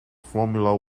formula